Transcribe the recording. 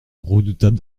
redoutable